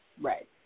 Right